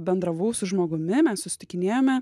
bendravau su žmogumi mes susitikinėjome